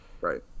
Right